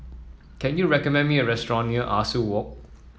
can you recommend me a restaurant near Ah Soo Walk